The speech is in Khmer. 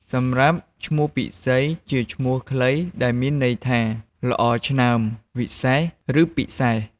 សម្រាប់ឈ្មោះពិសី ជាឈ្មោះខ្លី ដែលមានន័យថា ល្អឆ្នើម វិសេស ឬ ពិសេស។